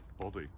body